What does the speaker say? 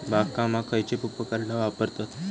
बागकामाक खयची उपकरणा वापरतत?